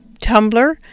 Tumblr